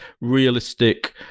realistic